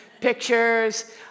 Pictures